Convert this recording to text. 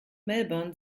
melbourne